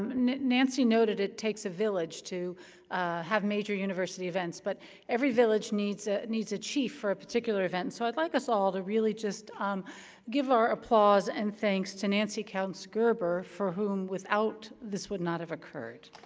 nancy noted it takes a village to have major university events. but every village needs ah needs a chief for a particular event, and so i'd like us all to really just give our applause and thanks to nancy counts-gerber, for whom without, this would not have occurred.